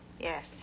Yes